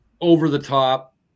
over-the-top